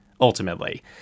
ultimately